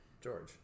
George